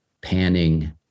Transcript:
panning